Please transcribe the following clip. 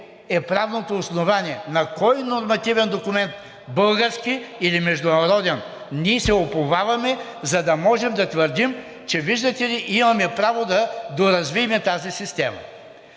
е правното основание? На кой нормативен документ, български или международен, ние се уповаваме, за да можем да твърдим, че виждате ли, имаме право да доразвием тази система?